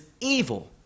evil